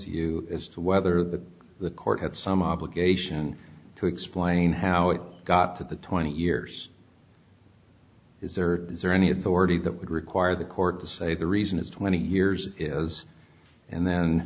you as to whether the the court had some obligation to explain how it got to the twenty years is there or is there any authority that would require the court to say the reason is twenty years is and then